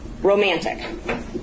romantic